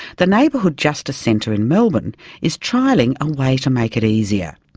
the neighbourhood justice centre in melbourne is trialling a way to make it easier.